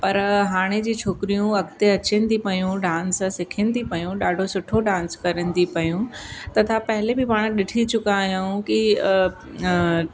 पर हाणे जी छोकिरियूं अॻिते अचनि थी पेयूं डांस सिखनि थी पेयूं ॾाढो सुठो डांस करनि थी पेयूं तथा पहले बि पाणि ॾिसी चुका आहियूं कि